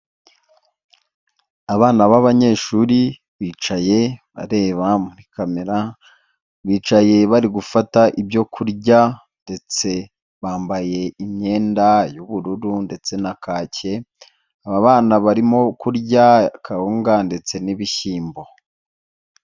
Abana b'abanyeshuri bicaye bareba muri kamera, bicaye bari gufata ibyo kurya ndetse bambaye imyenda y'ubururu ndetse na kake, aba bana barimo kurya kawunga ndetse n'ibishyimbo.